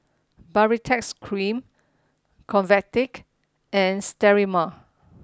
baritex cream Convatec and Sterimar